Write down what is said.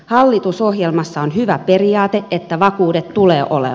hallitusohjelmassa on hyvä periaate että vakuudet tulee olla